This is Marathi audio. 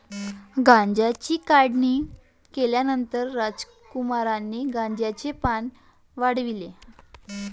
गांजाची काढणी केल्यानंतर रामकुमारने गांजाची पाने वाळवली